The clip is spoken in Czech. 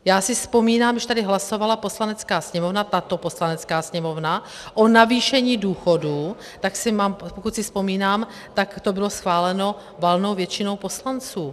Já si vzpomínám, když tady hlasovala Poslanecká sněmovna, tato Poslanecká sněmovna, o navýšení důchodů, tak pokud si vzpomínám, tak to bylo schváleno valnou většinou poslanců.